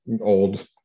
Old